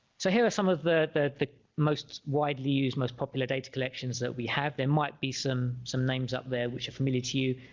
so here are some of the most widely used most popular data collections that we have there might be some some names up there which are familiar to you